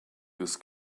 this